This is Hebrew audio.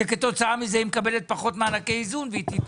שכתוצאה מזה היא מקבלת פחות מענקי איזון והיא תתמוטט.